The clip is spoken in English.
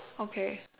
okay